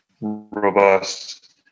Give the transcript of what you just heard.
robust